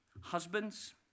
husbands